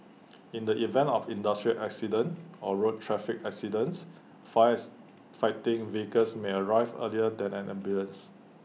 in the event of industrial accidents or road traffic accidents fires fighting vehicles may arrive earlier than an ambulance